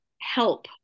help